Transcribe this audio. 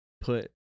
put